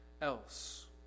else